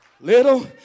Little